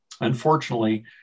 Unfortunately